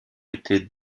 était